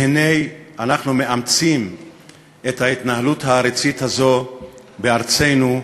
והנה אנחנו מאמצים את ההתנהלות העריצית הזו בארצנו,